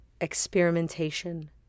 experimentation